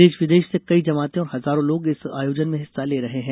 देश विदेश से कई जमातें और हजारों लोग इस आयोजन में हिस्सा ले रहे हैं